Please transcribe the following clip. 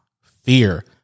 fear